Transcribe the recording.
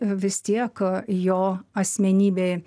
vis tiek jo asmenybė